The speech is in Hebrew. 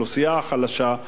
על שכבות הביניים,